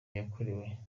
yakorewe